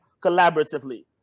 Collaboratively